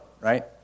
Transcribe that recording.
right